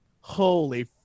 holy